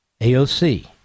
aoc